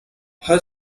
her